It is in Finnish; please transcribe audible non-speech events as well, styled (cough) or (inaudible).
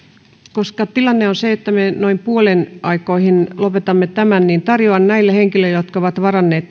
koska tilanne on se että me noin puolen aikoihin lopetamme tämän niin näille viidelle henkilölle jotka ovat varanneet (unintelligible)